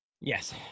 Yes